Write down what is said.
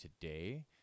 today